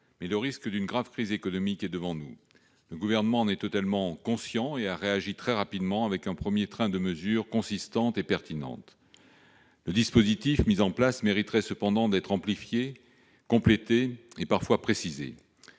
mais le risque d'une grave crise économique est devant nous. Le Gouvernement en est totalement conscient et a réagi très rapidement, avec un premier train de mesures consistantes et pertinentes. Le dispositif mis en place mériterait cependant d'être amplifié, complété et parfois précisé.